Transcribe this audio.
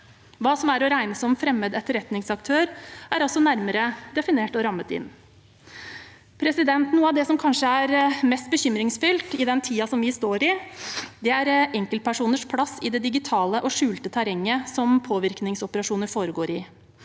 Hva som er å regne som fremmed etterretningsaktør, er også nærmere definert og rammet inn. Noe av det som kanskje er mest bekymringsfullt i den tiden vi står i, er enkeltpersoners plass i det digitale og skjulte terrenget som påvirkningsoperasjoner foregår i.